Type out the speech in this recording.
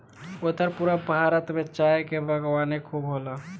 उत्तर पूरब भारत में चाय के बागवानी खूब होला